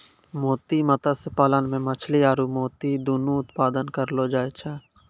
मोती मत्स्य पालन मे मछली आरु मोती दुनु उत्पादन करलो जाय छै